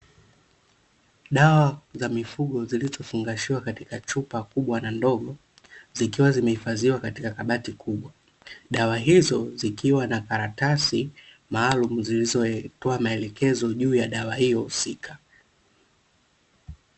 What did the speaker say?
Dawa za mifugo, zilizofungashiwa katika chupa kubwa na ndogo, zikiwa zimehifadhiwa katika kabati kubwa. Dawa hizo, zikiwa na karatasi maalumu, zilizotoa maelekezo juu ya dawa hiyo husika.